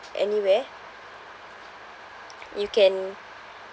anywhere you can